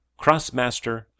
Crossmaster